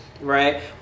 right